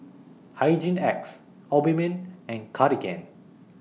Hygin X Obimin and Cartigain